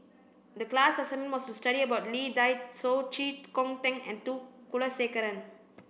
the class assignment was to study about Lee Dai Soh Chee Kong Tet and T Kulasekaram